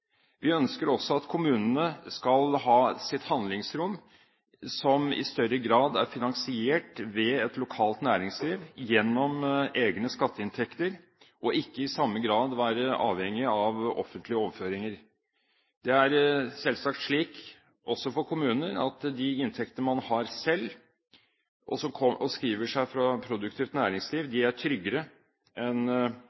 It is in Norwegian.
Vi ønsker også at kommunene skal ha sitt handlingsrom, som i større grad er finansiert ved et lokalt næringsliv, gjennom egne skatteinntekter, og ikke i samme grad være avhengige av offentlige overføringer. Det er selvsagt slik – også for kommuner – at de inntekter man har selv, og som skriver seg fra produktivt næringsliv,